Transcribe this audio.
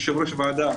יושב-ראש הוועדה,